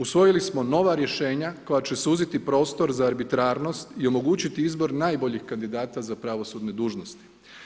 Usvojili smo nova rješenja koja će suziti prostor za arbitrarnost i omogućiti izbor najboljih kandidata za pravosudne dužnosti.